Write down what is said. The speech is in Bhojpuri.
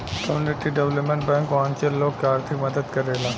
कम्युनिटी डेवलपमेंट बैंक वंचित लोग के आर्थिक मदद करेला